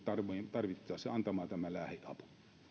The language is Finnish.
tarvittaessa antamaan tämä lähiapu